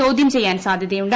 ചോദ്യം ചെയ്യാൻ സാധ്യതയുണ്ട്